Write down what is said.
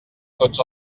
tots